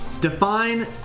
define